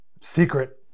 secret